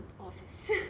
office